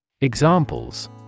Examples